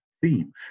theme